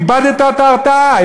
איבדת את ההרתעה.